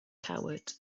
coward